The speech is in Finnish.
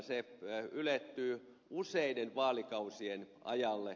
se ylettyy useiden vaalikausien ajalle